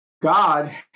God